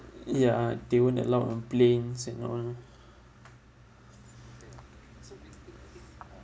ya they weren't allowed on planes and all